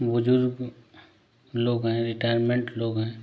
बुज़ुर्ग लोग हैं रिटायरमेंट लोग हैं